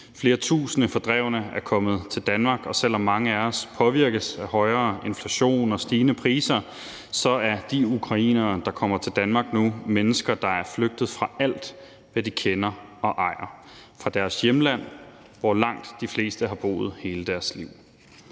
Flere tusind fordrevne er kommet til Danmark, og selv om mange af os påvirkes af højere inflation og stigende priser, er de ukrainere, der kommer til Danmark nu, mennesker, der er flygtet fra alt, hvad de kender og ejer – fra deres hjemland, hvor langt de fleste har boet hele deres liv.